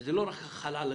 וזה לא רק חל על התלמיד,